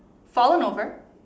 fallen over